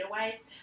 DataWise